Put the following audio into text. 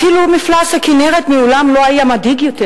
אפילו מפלס הכינרת מעולם לא היה מדאיג יותר.